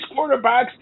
quarterbacks